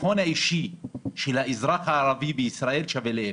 הביטחון האישי של האזרח הערבי בישראל שווה לאפס.